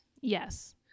Yes